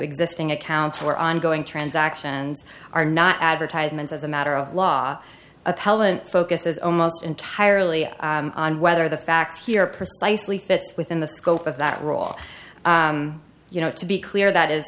existing accounts were ongoing transactions are not advertisements as a matter of law appellant focuses almost entirely on whether the facts here precisely fits within the scope of that role you know to be clear that is